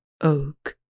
oak